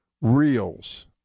reels